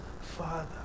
Father